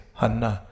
hanna